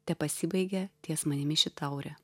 tepasibaigia ties manimi ši taurė